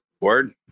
word